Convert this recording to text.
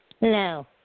No